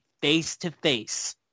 face-to-face